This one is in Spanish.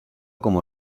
como